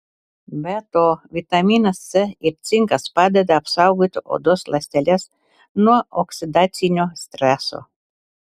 be to vitaminas c ir cinkas padeda apsaugoti odos ląsteles nuo oksidacinio streso